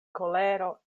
kolero